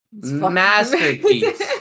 Masterpiece